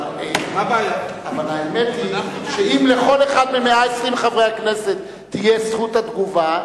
אבל האמת היא שאם לכל אחד מ-120 חברי הכנסת תהיה זכות התגובה,